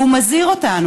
והוא מזהיר אותנו.